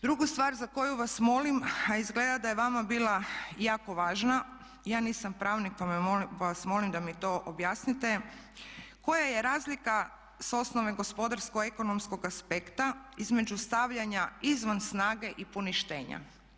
Drugu stvar za koju vas molim a izgleda da je vama bila jako važna, ja nisam pravnim pa vas molim da mi to objasnite, koja je razlika s osnove gospodarsko ekonomskog aspekta između stavljanja izvan snage i poništenja?